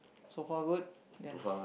so far good yes